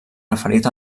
referit